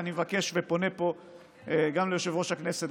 ואני מבקש ופונה פה גם ליושב-ראש הכנסת,